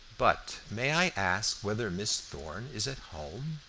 but may i ask whether miss thorn is at home?